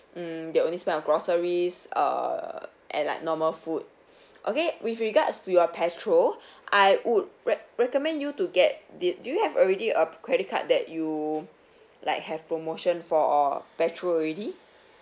mm they only spend on groceries uh and like normal food okay with regards to your petrol I would re~ recommend you to get did do you have already a credit card that you like have promotion for or petrol already